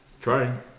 Trying